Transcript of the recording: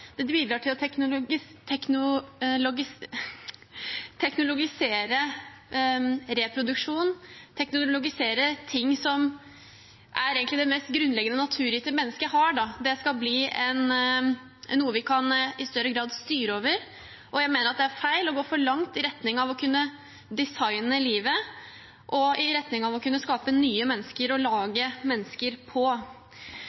Dette bidrar til å teknologisere reproduksjon, teknologisere ting som egentlig er det mest grunnleggende og naturgitte mennesket har, at det skal bli noe vi kan i større grad styre over. Jeg mener at det er feil, og at det går for langt i retning av å kunne designe livet og i retning av å skape nye måter å lage mennesker